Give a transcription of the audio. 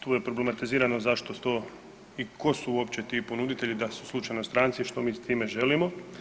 Tu je problematizirano zašto to i ko su uopće ti ponuditelji dal su slučajno stranci i što mi s time želimo?